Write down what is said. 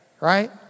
Right